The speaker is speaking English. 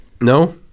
no